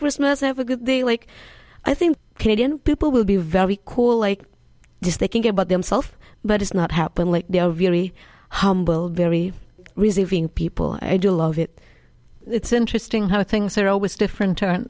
christmas have a good day like i think canadian people will be very cool like just thinking about themself but it's not happen like they are very humble very receiving people i do love it it's interesting how things are always different